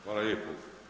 Hvala lijepo.